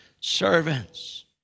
servants